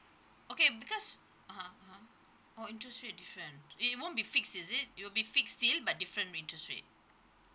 okay because (uh huh) oh interest rate different it won't be fixed is it it will be fixed still but different interest rate